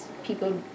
people